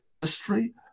history